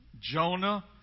Jonah